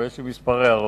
אבל יש לי כמה הערות.